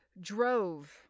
drove